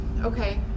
Okay